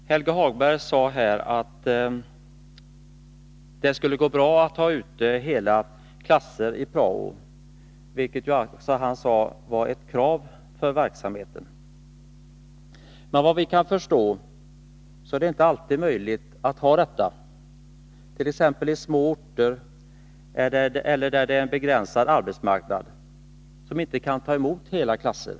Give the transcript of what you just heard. Herr talman! Helge Hagberg sade här att det skulle gå bra att ha hela klasser ute i prao, vilket var ett krav för verksamheten. Men enligt vad vi kan förstå är det inte alltid möjligt, t.ex. i små orter eller där det är en begränsad arbetsmarknad som inte kan ta emot hela klasser.